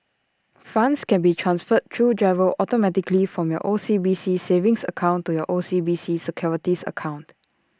funds can be transferred through GIRO automatically from your O C B C savings account to your O C B C securities account